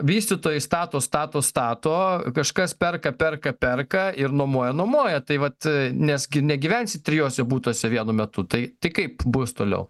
vystytojai stato stato stato kažkas perka perka perka ir nuomoja nuomoja tai vat nes gi negyvensi trijuose butuose vienu metu tai tik kaip bus toliau